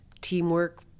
teamwork